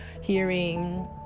hearing